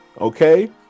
Okay